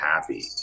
happy